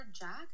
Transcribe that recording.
Jack